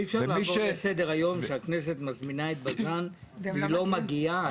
אי אפשר לעבור לסדר-היום שהכנסת מזמינה את בז"ן והיא לא מגיעה.